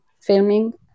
filming